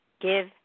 give